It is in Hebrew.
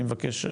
אני מבקש,